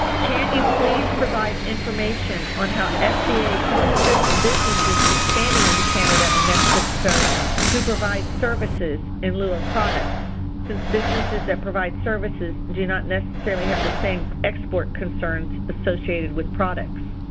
can you please provide information on how sba can assist businesses expanding into canada and mexico to provide services in lieu of products since businesses that provide services do not necessarily have the same export concerns associated with products?